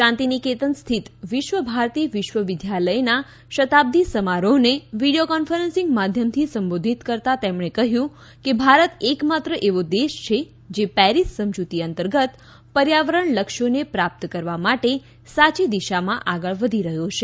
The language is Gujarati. શાંતિ નિકેતન સ્થિત વિશ્વભારતી વિશ્વવિદ્યાલયના શતાબ્દી સમારોહને વિડિયો કોન્ફરન્સીંગ માધ્યમથી સંબોધિત કરતાં તેમણે કહ્યું કે ભારત એકમાત્ર એવો દેશ છે જે પેરિસ સમજૂતી અંતર્ગત પર્યાવરણ લક્ષ્યોને પ્રાપ્ત કરવા માટે સાચી દિશામાં આગળ વધી રહ્યો છે